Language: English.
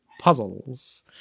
puzzles